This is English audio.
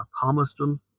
Palmerston